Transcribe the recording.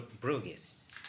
Bruges